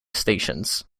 stations